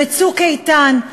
ב"צוק איתן",